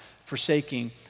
forsaking